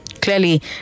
Clearly